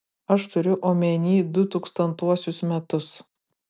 aš turiu omeny du tūkstantuosius metus